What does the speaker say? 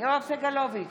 יואב סגלוביץ'